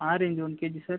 orange one K G sir